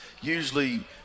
usually